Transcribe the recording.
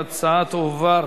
ההצעה להעביר